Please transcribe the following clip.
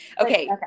Okay